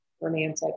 romantic